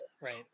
right